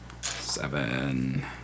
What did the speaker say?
Seven